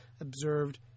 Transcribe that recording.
observed